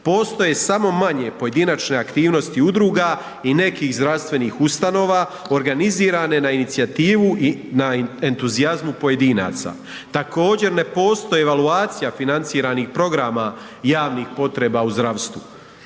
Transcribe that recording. Postoje samo manje pojedinačne aktivnosti udruga i nekih zdravstvenih ustanova organizirane na inicijativu i na entuzijazmu pojedinaca. Također ne postoji evaluacija financiranih programa javnih potreba u zdravstvu.